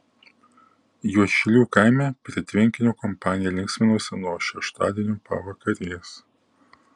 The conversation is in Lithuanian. juodšilių kaime prie tvenkinio kompanija linksminosi nuo šeštadienio pavakarės